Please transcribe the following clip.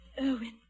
Erwin